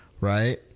right